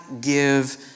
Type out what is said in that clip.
give